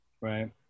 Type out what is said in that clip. Right